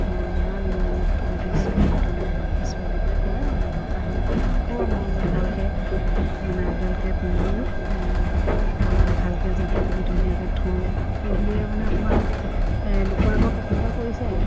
মই ইমান মৰমত থৈ দিছোঁ যতনাই ৰাখিছোঁ এনেকৈ কয় মই দৰকাৰ হ'লে পিন্ধো আকৌ মৰমত ভালকৈ মানে আপডালকৈ পিন্ধি আকৌ মানে ভালকৈ জাপি কুপি ধুনীয়াকৈ থওঁ এইবুলিয়ে মানে অকণমান এই লোকৰ আগত প্ৰশংসা কৰিছে আৰু